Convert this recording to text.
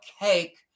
cake